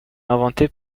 inventé